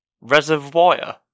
Reservoir